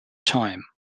time